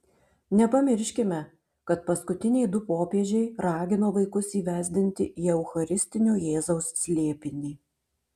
nepamirškime kad paskutiniai du popiežiai ragino vaikus įvesdinti į eucharistinio jėzaus slėpinį